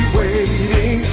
waiting